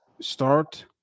start